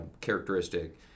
characteristic